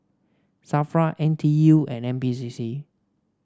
Safra N T U and N P C C